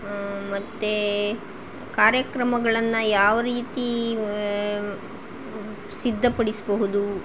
ಆ ಮತ್ತು ಕಾರ್ಯಕ್ರಮಗಳನ್ನ ಯಾವ ರೀತಿ ಸಿದ್ಧಪಡಿಸ್ಬಹುದು